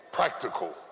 practical